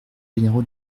généraux